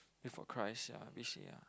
wait for Christ ya basic~ ya